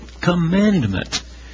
commandment